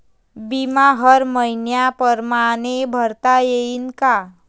बिमा हर मइन्या परमाने भरता येऊन का?